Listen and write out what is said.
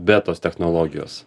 be tos technologijos